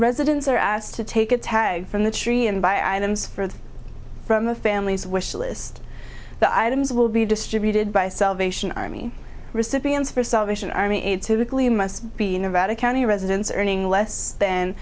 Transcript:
residents are asked to take a tag from the tree and buy items for the from the family's wish list the items will be distributed by salvation army recipients for salvation army aid typically must be in nevada county residents earning less th